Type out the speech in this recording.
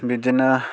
बिदिनो